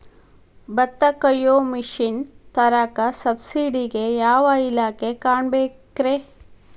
ಭತ್ತ ಕೊಯ್ಯ ಮಿಷನ್ ತರಾಕ ಸಬ್ಸಿಡಿಗೆ ಯಾವ ಇಲಾಖೆ ಕಾಣಬೇಕ್ರೇ?